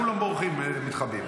כולם בורחים, מתחבאים.